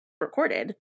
recorded